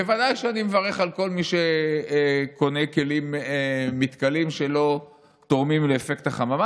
בוודאי שאני מברך על כל מי שקונה כלים מתכלים שלא תורמים לאפקט החממה,